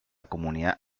comunidad